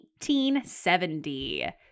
1870